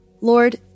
Lord